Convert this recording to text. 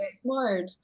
smart